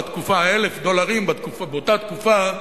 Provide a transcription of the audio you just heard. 1,000 דולר באותה תקופה,